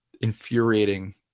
infuriating